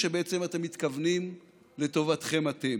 כשבעצם אתם מתכוונים לטובתכם אתם,